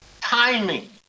timing